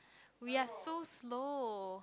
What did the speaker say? we are so slow